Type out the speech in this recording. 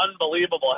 unbelievable